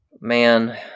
Man